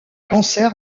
cancer